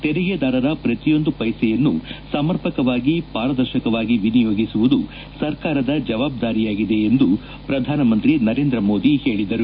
ತೆರಿಗೆ ದಾರರ ಪ್ರತಿಯೊಂದು ಪೈಸೆಯನ್ನು ಸಮರ್ಪಕವಾಗಿ ಪಾರದರ್ಶಕವಾಗಿ ವಿನಿಯೋಗಿಸುವುದು ಸರ್ಕಾರದ ಜವಾಬ್ದಾರಿಯಾಗಿದೆ ಎಂದು ಪ್ರಧಾನಮಂತ್ರಿ ನರೇಂದ್ರ ಮೋದಿ ಹೇಳಿದ್ದಾರೆ